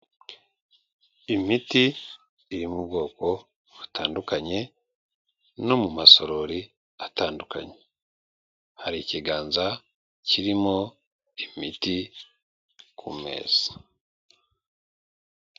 Imiti iri mu bwoko butandukanye no mu masorori atandukanye, hari ikiganza kirimo imiti ku meza.